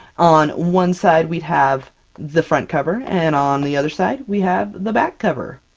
on one side, we'd have the front cover, and on the other side we have the back cover.